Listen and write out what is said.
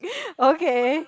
okay